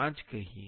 5 કહીએ